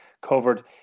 covered